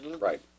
right